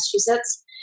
Massachusetts